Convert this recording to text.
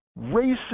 racist